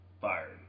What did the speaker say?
Fired